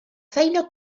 feina